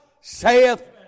saith